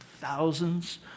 thousands